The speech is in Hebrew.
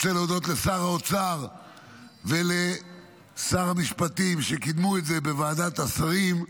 אני רוצה להודות לשר האוצר ולשר המשפטים שקידמו את זה בוועדת השרים.